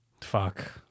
Fuck